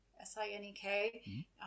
S-I-N-E-K